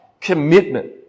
Commitment